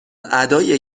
ادای